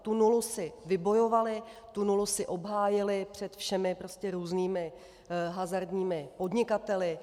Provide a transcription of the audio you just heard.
Tu nulu si vybojovaly, tu nulu si obhájily před všemi různými hazardními podnikateli.